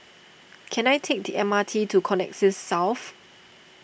can I take the M R T to Connexis South